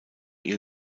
ihr